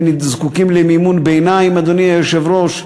הם זקוקים למימון ביניים, אדוני היושב-ראש.